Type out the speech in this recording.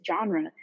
genre